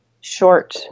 short